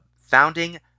founding